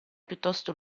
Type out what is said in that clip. piuttosto